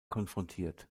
konfrontiert